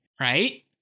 Right